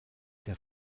der